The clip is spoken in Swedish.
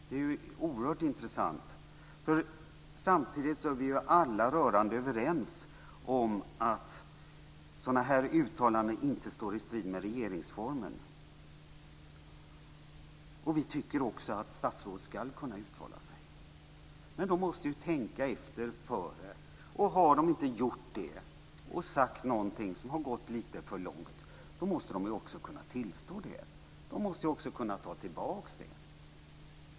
Den är ju oerhört intressant. Samtidigt är vi ju alla rörande överens om att sådana här uttalanden inte står i strid med regeringsformen, och vi tycker också att statsråd ska kunna uttala sig. Men de måste ju tänka efter före, och har de inte gjort det och sagt någonting så att de har gått lite för långt måste de också kunna tillstå det. De måste också kunna ta tillbaka det.